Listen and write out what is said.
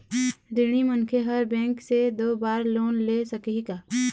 ऋणी मनखे हर बैंक से दो बार लोन ले सकही का?